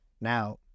now